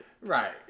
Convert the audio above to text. Right